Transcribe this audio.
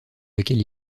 lequel